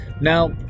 now